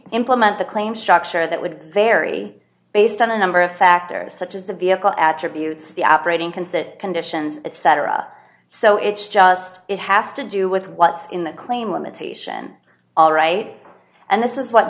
implement the claim structure that would vary based on a number of factors such as the vehicle attributes the operating can sit conditions etc so it's just it has to do with what's in the claim limitation all right and this is what